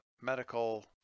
medical